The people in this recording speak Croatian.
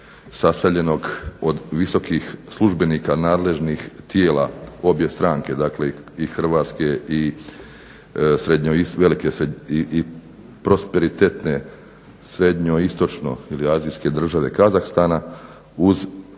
sastavljenog od visokih službenika, nadležnih tijela obje stranke, dakle i Hrvatske i prosperitetne srednjoistočno ili azijske države Kazahstana, uz